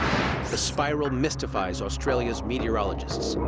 the spiral mystifies australia's meteorologists.